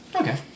Okay